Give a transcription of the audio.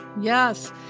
Yes